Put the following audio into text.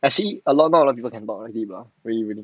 actually a lot not a lot of people can talk to him lah really really